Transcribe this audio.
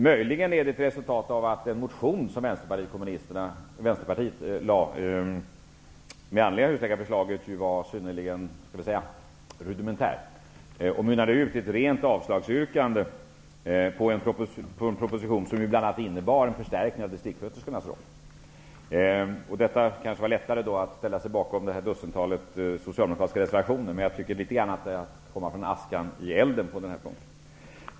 Möjligen är det ett resultat av att Vänsterpartiets motion med anledning av husläkarförslaget var synnerligen rudimentär och mynnade ut i ett yrkande om avslag på en proposition som bl.a. innebar en förstärkning av distrikssköterskornas ställning. Det kanske var lättare att ställa sig bakom de socialdemokratiska reservationerna, men jag tycker att det är som att komma ur askan i elden.